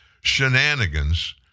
shenanigans